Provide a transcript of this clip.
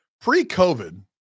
Pre-COVID